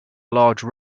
large